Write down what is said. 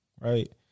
right